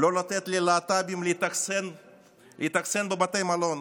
או לא לתת ללהט"בים להתאכסן בבתי מלון,